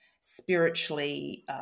spiritually